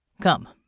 Come